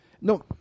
no